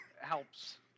helps